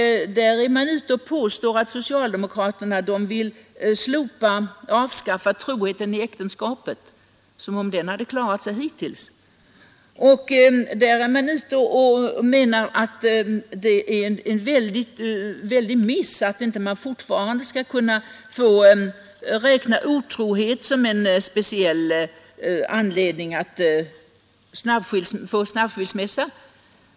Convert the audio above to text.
De påstår att socialdemokraterna vill avskaffa troheten i äktenskapet — som om den hade klarat sig hittills! De menar att det är en stor miss att man inte alltjämt skall få räkna otrohet som en speciell anledning att få snabbskilsmässa.